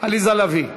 עליזה לביא,